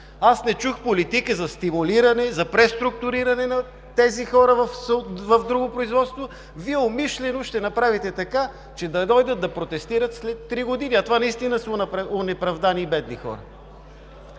Аз не чух политика за стимулиране, за преструктуриране на тези хора в друго производство. Вие умишлено ще направите така, че да дойдат да протестират след три години, а това наистина са онеправдани и бедни хора.